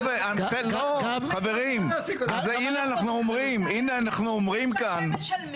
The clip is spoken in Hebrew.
חברים, הנה אנחנו אומרים כאן.